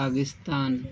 Pakistan